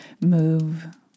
move